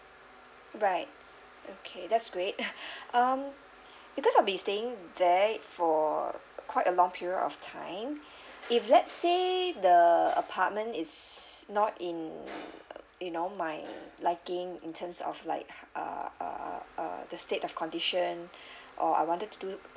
right okay that's great um because I'll be staying there for quite a long period of time if let's say the apartment is not in you know my liking in terms of like uh uh uh the state of condition or I wanted to do